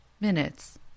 minutes